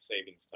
savings